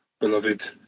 beloved